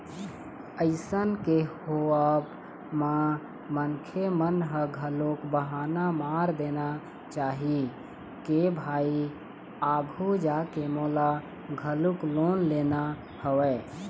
अइसन के होवब म मनखे मन ल घलोक बहाना मार देना चाही के भाई आघू जाके मोला घलोक लोन लेना हवय